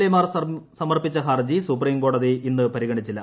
A മാർ സമർപ്പിച്ച ഹർജി സുപ്രീംകോടതി ഇന്നു പരിഗണിച്ചില്ല